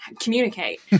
communicate